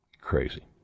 Crazy